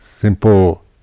simple